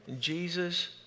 Jesus